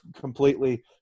completely